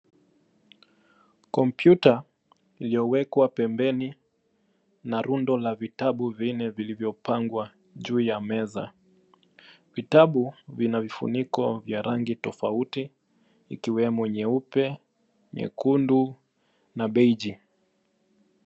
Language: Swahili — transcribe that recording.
Kompyuta iliyowekwa pembeni na rundo la vitabu vinne vilivyopangwa juu ya meza. Vitabu vina vifuniko vya rangi tofauti, ikiwemo: nyeupe, nyekundu na beige .